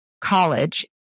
college